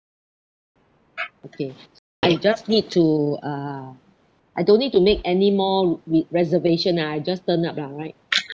okay I just need to uh I don't need to make any more re~ reservation ah I just turn up lah right